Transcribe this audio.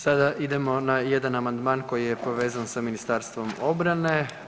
Sada idemo na jedan amandman koji je povezan sa Ministarstvom obrane.